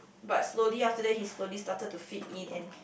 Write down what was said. but slowly after that he slowly started to fit in and